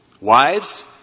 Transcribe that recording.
Wives